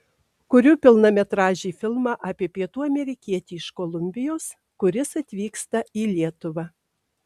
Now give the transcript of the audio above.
kuriu pilnametražį filmą apie pietų amerikietį iš kolumbijos kuris atvyksta į lietuvą